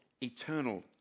eternal